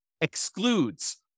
excludes